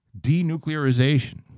denuclearization